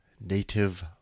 native